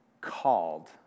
called